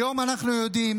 היום אנחנו יודעים